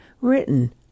written